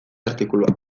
artikulua